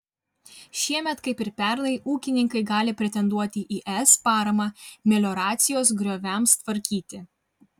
šiemet kaip ir pernai ūkininkai gali pretenduoti į es paramą melioracijos grioviams tvarkyti